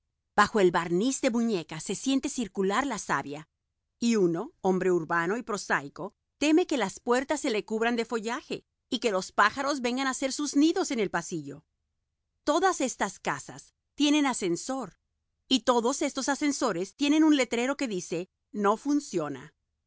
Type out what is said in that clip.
bajo el barniz de muñeca se siente circular la savia y uno hombre urbano y prosaico teme que las puertas se le cubran de follaje y que los pájaros vengan a hacer sus nidos en el pasillo todas estas casas tienen ascensor y todos estos ascensores tienen un letrero que dice no funciona